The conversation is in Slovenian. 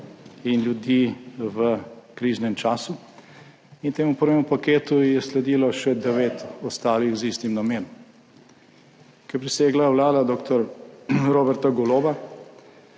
in ljudi v kriznem času, in temu prvemu paketu je sledilo še devet ostalih z istim namenom. Ko je prisegla vlada dr. Roberta Goloba,